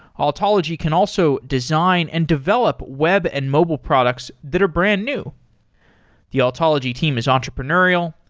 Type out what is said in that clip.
ah altology can also design and develop web and mobile products that are brand new the altology team is entrepreneurial,